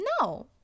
No